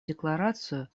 декларацию